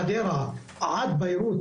חדרה עד בירות,